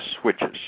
switches